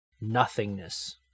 nothingness